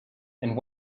and